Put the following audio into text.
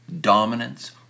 dominance